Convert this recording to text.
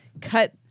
cut